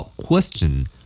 Question